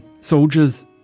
soldiers